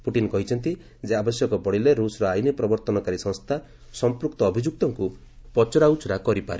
Putin କହିଛନ୍ତି ଯେ ଆବଶ୍ୟକ ପଡ଼ିଲେ ରୁଷ୍ର ଆଇନ ପ୍ରବର୍ତ୍ତନକାରୀ ସଂସ୍ଥା ସଂପୃକ୍ତ ଅଭିଯୁକ୍ତଙ୍କୁ ପଚରାଉଚରା କରିପାରେ